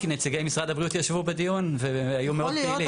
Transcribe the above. כי נציגי משרד הבריאות ישבו בדיון והיו מאוד פעילים.